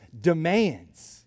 demands